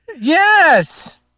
Yes